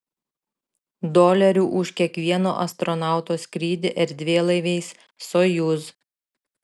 dolerių už kiekvieno astronauto skrydį erdvėlaiviais sojuz